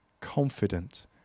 confident